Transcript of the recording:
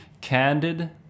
candid